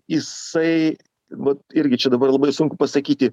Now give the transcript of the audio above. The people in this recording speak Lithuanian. jisai vat irgi čia dabar labai sunku pasakyti